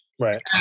Right